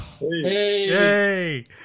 Yay